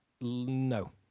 No